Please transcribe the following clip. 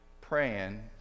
praying